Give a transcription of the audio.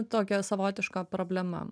tokia savotiška problema